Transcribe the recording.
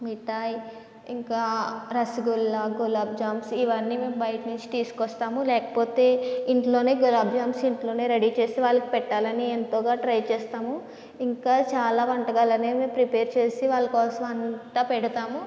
మిఠాయ్ ఇంకా రసగుల్లా గులాబ్జామ్స్ ఇవన్నీ మేము బయటనుంచి తీసుకొస్తాము లేకపోతే ఇంట్లోనే గులాబ్జామ్స్ ఇంట్లోనే రెడీ చేసి వాళ్ళకి పెట్టాలని ఎంతోగా ట్రై చేస్తాము ఇంకా చాలా వంటకాలనేవి మేము ప్రిపేర్ చేసి వాళ్ళకోసం అంతా పెడతాము